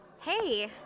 Hey